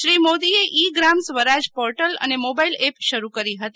શ્રી મોદીઅ e Gramswaraj portal અને mobile app શરૂ કરી હતી